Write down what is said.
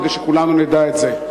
כדי שכולנו נדע את זה.